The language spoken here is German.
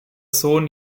sohn